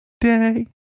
day